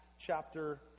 chapter